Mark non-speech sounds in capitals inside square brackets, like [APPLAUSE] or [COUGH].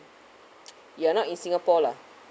[NOISE] you're not in singapore lah